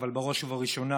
אבל בראש ובראשונה